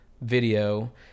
video